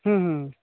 ହଁ ହଁ